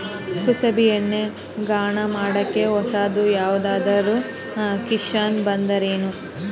ಕುಸುಬಿ ಎಣ್ಣೆ ಗಾಣಾ ಮಾಡಕ್ಕೆ ಹೊಸಾದ ಯಾವುದರ ಮಷಿನ್ ಬಂದದೆನು?